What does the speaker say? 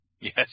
Yes